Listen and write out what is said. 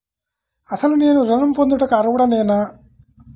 అసలు నేను ఋణం పొందుటకు అర్హుడనేన?